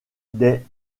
des